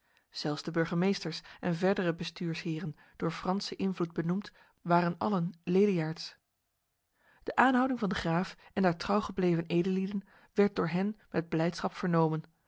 zelfs de burgemeesters en verdere bestuursheren door franse invloed benoemd waren allen leliaards de aanhouding van de graaf en der trouwgebleven edellieden werd door hen met blijdschap vernomen